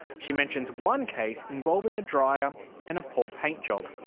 she mentions one case involving a dryer and a poor paint job.